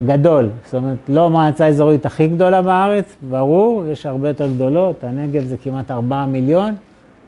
גדול, זאת אומרת, לא המעצה האיזורית הכי גדולה בארץ, ברור, יש הרבה יותר גדולות, הנגב זה כמעט 4 מיליון.